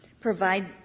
Provide